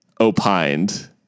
opined